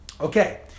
Okay